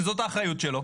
שזאת האחריות שלו,